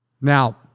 Now